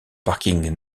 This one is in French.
parking